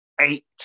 eight